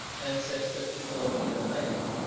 ancestor to lord kilmaine,